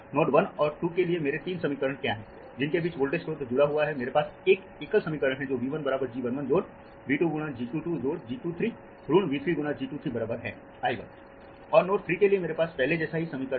nodes 1 और 2 के लिए मेरे तीन समीकरण क्या हैं जिनके बीच वोल्टेज स्रोत जुड़ा हुआ है मेरे पास एक एकल समीकरण है जो V 1 बार G 1 1 जोड़ V 2 गुना G 2 2 जोड़ G 2 3 ऋण V 3 गुना G 2 3 बराबर है I 1 और नोड 3 के लिए मेरे पास पहले जैसा ही समीकरण है